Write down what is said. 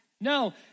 No